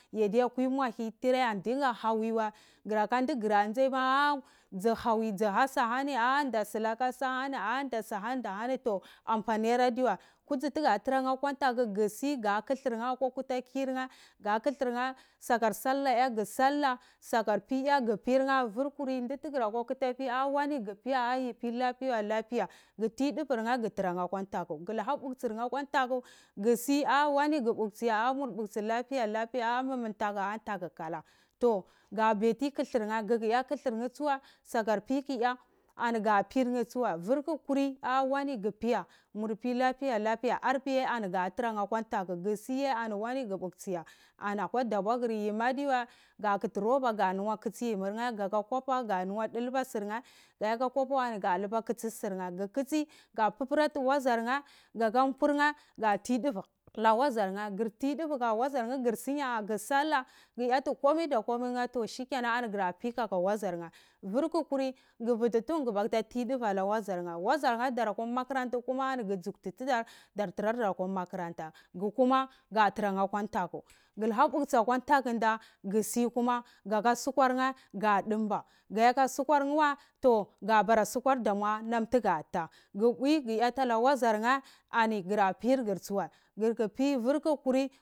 Yadiya kwi muawi tiya yadinga havi wai gura ka du andzi maani dzu havi dzu hasaani aha nda sula ka saahani toh amponiradiwa wai kudzi tuga tarar nheh atiwa ntaku gusi ga kudlur nboh nheh atiwa ntaku gusi ga kudlur nhoh akwa kuta kurneh ga kudlur nheh sakar salah ya gu ya solar sakar pi yo gu pi vur kuri ndu tugura kwa kuta ki ah wone gu piya gupi lapiya wai ah lapiya gu pi duvir neh gu toror nheh lakwa ntaku gu lukwa puktsir nheh akwa ntaku gu si aha wani go pok tsiya lafiya mumu ntaku ah ntatau kalon toh gu baicini ya kulur nhoh gu sakar pi kuya anu ga pir nheh tsuwai vur ku kuri ani wani gupiya murpi lapiya wai a lapiya arpi ye gadaturar neh akwa ntaku gu si ye oni wone gupuh sfiya ana kwa dabwaguriyim ladiwa ani ga kuti roba ka lungo kutsi yimur neh ga ka kopa ga longa dulbo sorne kadiyaya hopo wai ani ga lungwa kitsi surne gu kitsi ga purpurati wozor neh ani gayati ga ka mgor nheh gati duvai kaka wozar nheh gur sunya ani gur sallah gur yati komai da komai ani gra pi kaka wazar nheh vur ku kuri ga viti tuhum gu bata viti duvai alo wozar nhch wazar nheh dorakwa makaranta kuma gu djuteti tudar kuma dar tarar dar akwa makaranta gu kuma ga tarar nheh akw ntaku gu luka puktsi akwa ntaku nda gu sikuma gutea sukar nheh a dumbo gadiya ka sukwor neh wa toh gabara sukwar nam damu nom buga toi gu pwi gu yatala wazar nheh ani gur pu pi vur ku